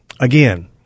again